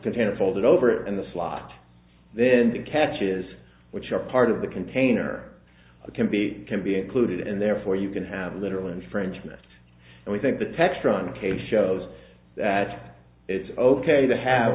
container folded over in the slot then the catches which are part of the container can be can be included and therefore you can have literal infringement and we think the textron case shows that it's ok to have